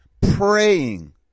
praying